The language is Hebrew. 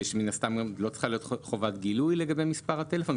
מן הסתם גם לא צריכה להיות חובת גילוי לגבי מספר הטלפון,